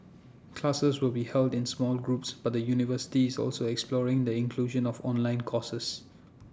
classes will be held in smaller groups but the university is also exploring the inclusion of online courses